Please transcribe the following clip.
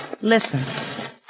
Listen